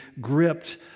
gripped